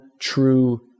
true